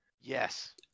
Yes